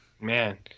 Man